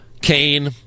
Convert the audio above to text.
Kane